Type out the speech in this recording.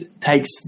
takes